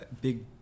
big